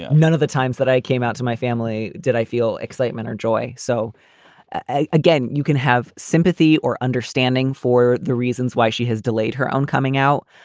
none of the times that i came out to my family did i feel excitement or joy. so again, you can have sympathy or understanding for the reasons why she has delayed her own coming out.